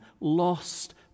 lost